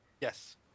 Yes